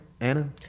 Anna